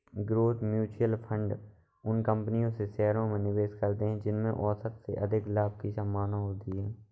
growth mutual fund उन कंपनियों के शेयरों में निवेश करते हैं जिनमें औसत से अधिक लाभ की संभावना होती है